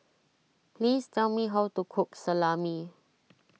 please tell me how to cook Salami